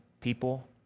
people